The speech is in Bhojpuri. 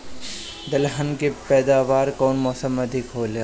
दलहन के पैदावार कउन मौसम में अधिक होखेला?